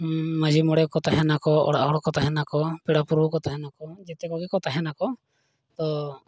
ᱢᱟᱺᱡᱷᱤ ᱢᱚᱬᱮ ᱠᱚ ᱛᱟᱦᱮᱱᱟ ᱠᱚ ᱚᱲᱟᱜ ᱦᱚᱲ ᱠᱚ ᱛᱟᱦᱮᱱᱟ ᱠᱚ ᱯᱮᱲᱟ ᱯᱚᱨᱵᱷᱩ ᱠᱚ ᱛᱟᱦᱮᱱᱟ ᱠᱚ ᱡᱮᱛᱮ ᱠᱚᱜᱮ ᱠᱚ ᱛᱟᱦᱮᱱᱟ ᱠᱚ ᱛᱚ